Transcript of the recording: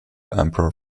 emperor